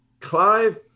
Clive